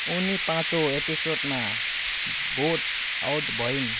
उनी पाँचौ एपिसोडमा भोट आउट भइन्